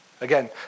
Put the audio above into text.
Again